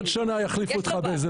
עוד שנה יחליפו אותך באיזה בן.